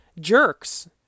jerks